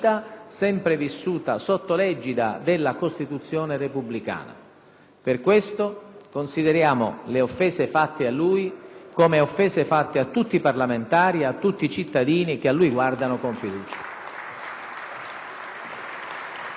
sempre vissuta sotto l'egida della Costituzione repubblicana. Per questo consideriamo le offese fatte a lui come offese fatte a tutti i parlamentari e a tutti cittadini che a lui guardano con fiducia.